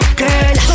girl